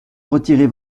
retirer